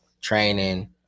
training